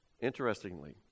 interestingly